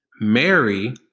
Mary